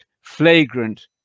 flagrant